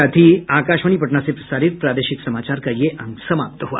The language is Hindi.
इसके साथ ही आकाशवाणी पटना से प्रसारित प्रादेशिक समाचार का ये अंक समाप्त हुआ